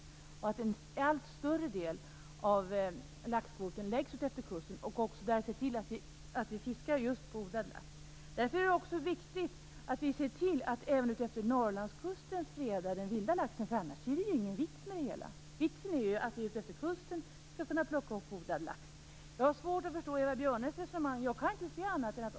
Vi menar att en allt större del av laxkvoten bör gälla fisket utefter kusten och att man bör se till att det är odlad lax som fiskas. Därför är det viktigt att freda den vilda laxen även utefter Norrlandskusten. Annars är det ingen vits med det hela. Vitsen är att man utefter kusten skall kunna plocka upp odlad lax. Jag har svårt att förstå Eva Björnes resonemang.